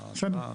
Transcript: בסדר.